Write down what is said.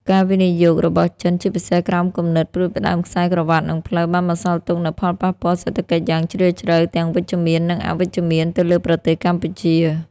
ការវិនិយោគរបស់ចិន ជាពិសេសក្រោមគំនិតផ្តួចផ្តើមខ្សែក្រវាត់ និងផ្លូវ បានបន្សល់ទុកនូវផលប៉ះពាល់សេដ្ឋកិច្ចយ៉ាងជ្រាលជ្រៅទាំងវិជ្ជមាន និងអវិជ្ជមានទៅលើប្រទេសកម្ពុជា។